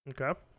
Okay